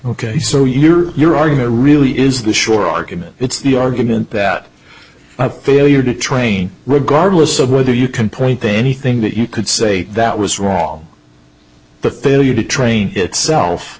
ok so your your argument really is the shore argument it's the argument that a failure to train regardless of whether you can point to anything that you could say that was wrong the failure to train itself